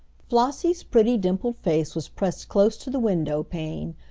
flossie's pretty dimpled face was pressed close to the window pane,